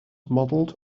modelled